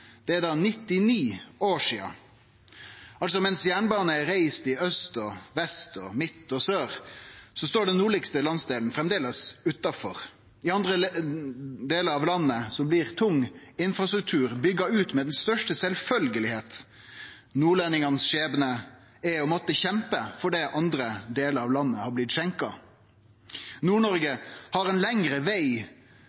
Det er 99 år sidan. Mens jernbane er reist i aust og vest og midt og sør, står landsdelen lengst nord framleis utanfor. I andre delar av landet blir tung infrastruktur bygd ut som noko sjølvsagt. Skjebnen til nordlendingar er å måtte kjempe for det andre delar av landet har blitt skjenkt.